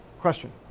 question